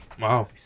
Wow